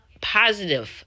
positive